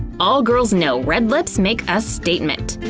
all girls know red lips make a statement.